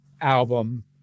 album